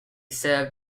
served